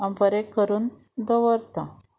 हांव बरें करून दवरतां